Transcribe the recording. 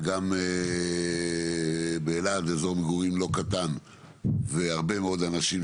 וגם באלעד אזור מגורים לא קטן והרבה אנשים